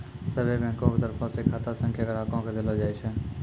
सभ्भे बैंको के तरफो से खाता संख्या ग्राहको के देलो जाय छै